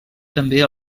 també